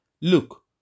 Look